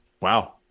Wow